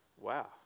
Wow